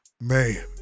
man